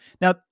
now